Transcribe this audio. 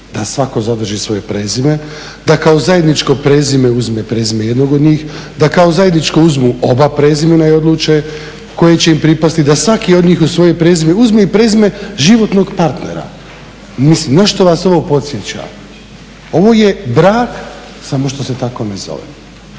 da svatko zadrži svoje prezime, da kao zajedničko prezime uzme prezime jednog od njih, da kao zajedničko uzmu oba prezimena i odluče koje će im pripasti, da svaki od njih uz svoje prezime uzme i prezime životnog partnera." Mislim na šta vas ovo podsjeća? Ovo je brak samo što se tako ne zove.